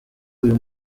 uyu